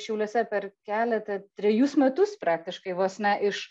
šiauliuose per keletą trejus metus praktiškai vos ne iš